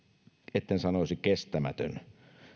etten sanoisi kestämätön